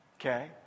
Okay